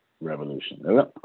revolution